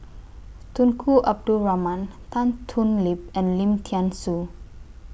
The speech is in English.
Tunku Abdul Rahman Tan Thoon Lip and Lim Thean Soo